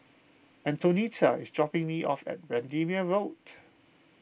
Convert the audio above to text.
Antonetta is dropping me off at Bendemeer Road